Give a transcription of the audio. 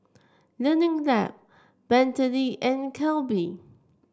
Learning Lab Bentley and Calbee